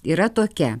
yra tokia